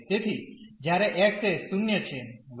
તેથી જ્યારે x એ 0 છે y એ 4 છે